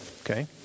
Okay